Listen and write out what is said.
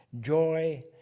joy